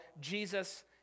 Jesus